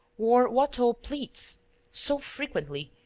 wore watteau pleats so frequently,